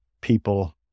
people